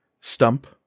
stump